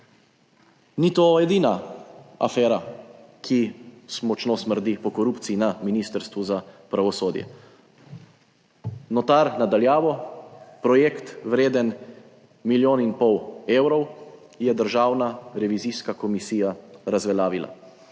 Ni to edina afera, ki močno smrdi po korupciji na Ministrstvu za pravosodje. Notar na daljavo - projekt, vreden milijon in pol evrov, je Državna revizijska komisija razveljavila.